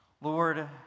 Lord